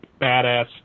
badass